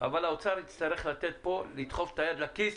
אבל האוצר יצטרך כאן להכניס את היד לכיס